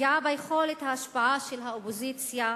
פגיעה ביכולת ההשפעה של האופוזיציה,